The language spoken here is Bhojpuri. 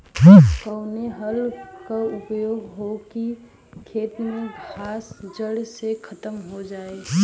कवने हल क प्रयोग हो कि खेत से घास जड़ से खतम हो जाए?